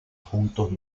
puntos